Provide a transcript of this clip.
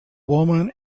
woman